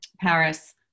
Paris